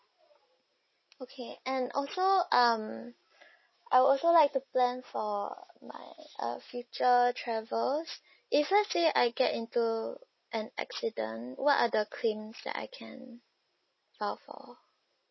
okay and also um I'd also like to plan for my a future travels if let's say I get into an accident what are the claims that I can file for